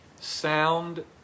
sound